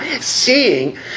seeing